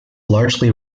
largely